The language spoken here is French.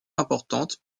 importante